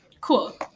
cool